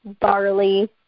barley